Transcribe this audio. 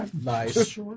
nice